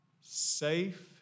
safe